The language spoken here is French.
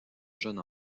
jeune